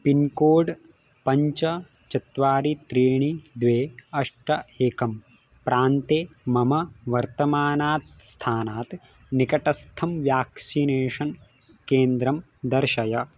pincode पञ्च चत्वारि त्रीणि द्वे अष्ट एकं प्रान्ते मम वर्तमानात् स्थानात् निकटस्थं व्याक्सिनेषन् केन्द्रं दर्शय